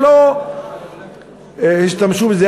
לא השתמשו בזה,